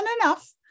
enough